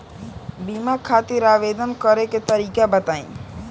बीमा खातिर आवेदन करे के तरीका बताई?